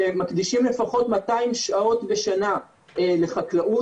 שמקדישים לפחות מאתיים שעות בשנה לחקלאות,